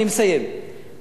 אני מסיים.